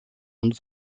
und